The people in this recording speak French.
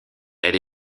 elle